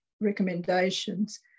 recommendations